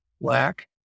black